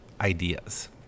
ideas